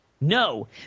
No